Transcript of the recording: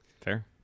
Fair